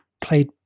played